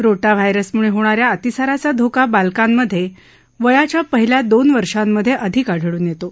रोटा व्हायरसमुळे होणाऱ्या अतिसाराचा धोका बालकांमध्ये वयाच्या पहिल्या दोन वर्षांमध्ये अधिक आढळून येतो